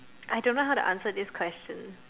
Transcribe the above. I don't know how to answer this question